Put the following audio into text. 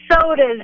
sodas